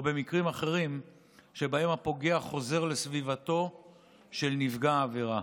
או במקרים אחרים שבהם הפוגע חוזר לסביבתו של נפגע העבירה.